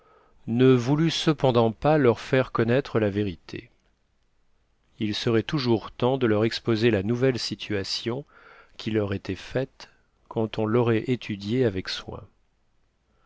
ne voulut cependant pas leur faire connaître la vérité il serait toujours temps de leur exposer la nouvelle situation qui leur était faite quand on l'aurait étudiée avec soin